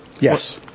Yes